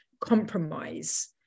compromise